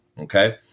Okay